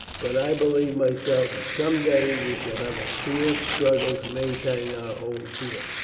but i believe myself that some day we shall have a fierce struggle to maintain our hold here,